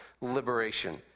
liberation